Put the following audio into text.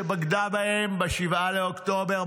שבגדה בהם ב-7 באוקטובר,